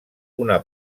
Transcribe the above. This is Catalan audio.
una